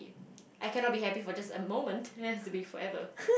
I cannot be happy for just a moment it has to be forever